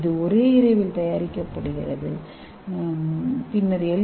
இது ஒரே இரவில் வளர்க்கப்படுகிறது பின்னர் எல்